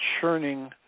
churning